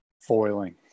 foiling